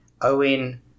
Owen